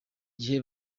gihe